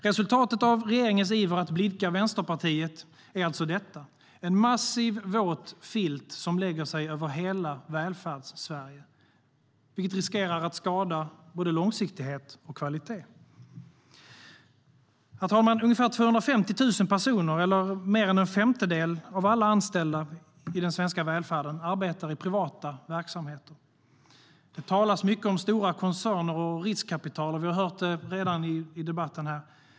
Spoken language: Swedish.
Resultatet av regeringens iver att blidka Vänsterpartiet är alltså detta - en massiv våt filt som lägger sig över hela Välfärdssverige, vilket riskerar att skada både långsiktighet och kvalitet. Herr talman! Ungefär 250 000 personer, eller mer än en femtedel av alla anställda i den svenska välfärden, arbetar i privata verksamheter. Det talas mycket om stora koncerner och riskkapital. Vi har redan hört det i debatten här.